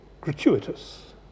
gratuitous